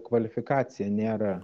kvalifikacija nėra